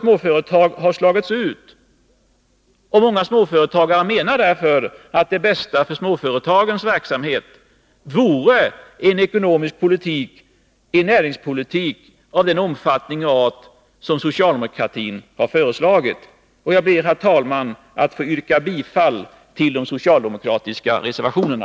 Många har slagits ut. Och många småföretagare menar därför att det bästa för deras verksamhet vore en ekonomisk politik, en näringspolitik av den omfattning och art som socialdemokratin har föreslagit. Jag ber, herr talman, att få yrka bifall till de socialdemokratiska reservationerna.